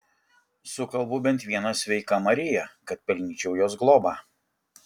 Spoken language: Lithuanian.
sukalbu bent vieną sveika marija kad pelnyčiau jos globą